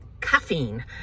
caffeine